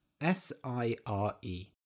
S-I-R-E